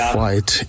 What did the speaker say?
fight